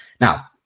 Now